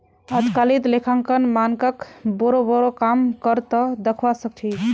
अजकालित लेखांकन मानकक बोरो बोरो काम कर त दखवा सख छि